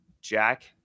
Jack